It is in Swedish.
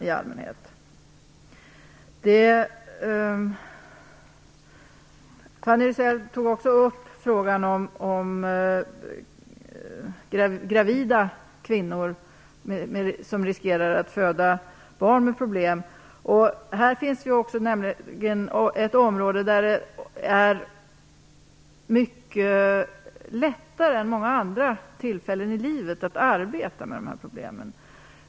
Fanny Rizell tog också upp frågan om gravida kvinnor som riskerar att föda barn med problem. Det här är ett område där det är mycket lättare än det är vid många andra tillfällen i livet att arbeta med sådana här problem.